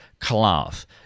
cloth